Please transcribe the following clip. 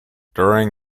during